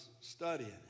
studying